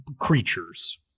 creatures